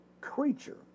creature